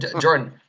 Jordan